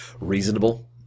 reasonable